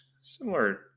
similar